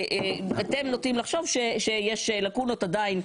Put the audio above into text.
אתם נוטים לחשוב שיש לאקונות עדיין,